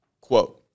quote